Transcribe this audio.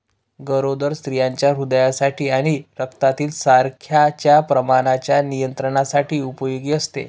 गरोदर स्त्रियांच्या हृदयासाठी आणि रक्तातील साखरेच्या प्रमाणाच्या नियंत्रणासाठी उपयोगी असते